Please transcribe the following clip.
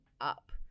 up